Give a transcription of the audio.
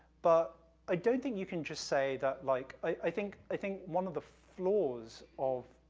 but i don't think you can just say that, like, i think i think one of the flaws of,